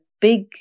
big